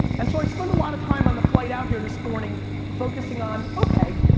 and so i spend a lot of time on the flight out here this morning focusing on, okay,